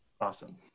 awesome